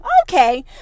okay